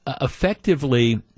effectively